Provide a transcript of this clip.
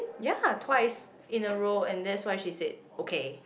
ya twice in a row and that's why she said okay